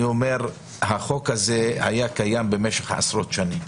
אני אומר שהחוק הזה היה קיים במשך עשרות שנים,